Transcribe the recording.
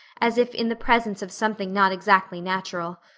as if in the presence of something not exactly natural.